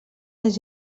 les